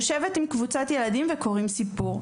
יושבת עם קבוצת ילדים וקוראים סיפור,